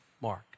Mark